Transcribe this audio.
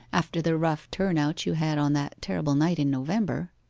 after the rough turn-out you had on that terrible night in november